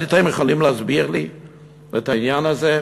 אז אתם יכולים להסביר לי את העניין הזה?